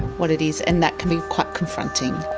what it is. and that can be quite confronting.